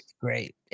great